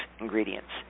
ingredients